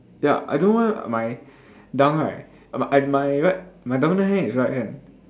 ya I don't know why my dunk right but at my right my double dunk hand is right hand